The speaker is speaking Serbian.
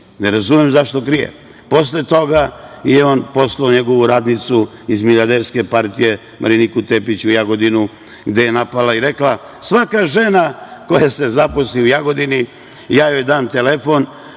Ne razumem zašto krije? Posle toga je on poslao njegovu radnicu iz milijarderske partije Mariniku Tepić u Jagodinu, gde je napala i rekla – svaka žena koja se zaposli u Jagodini, ja joj dam telefon,